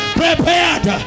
prepared